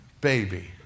baby